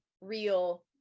real